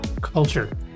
Culture